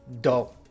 dope